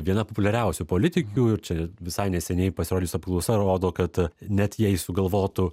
viena populiariausių politikių ir čia visai neseniai pasirodžius apklausa rodo kad net jei sugalvotų